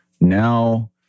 now